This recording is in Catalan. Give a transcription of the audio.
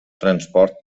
transport